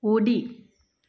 उडी